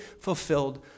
fulfilled